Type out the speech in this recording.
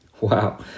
Wow